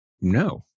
No